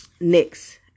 Next